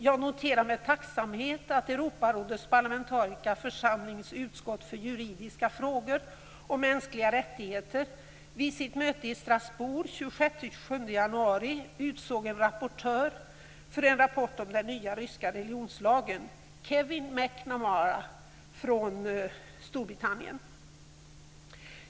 Jag noterar med tacksamhet att Europarådets parlamentariska församlings utskott för juridiska frågor och mänskliga rättigheter vid sitt möte i Strasbourg den 26-27 januari utsåg en rapportör för en rapport om den nya ryska religionslagen, Kevin McNamara från Storbritannien.